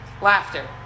Laughter